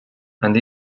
and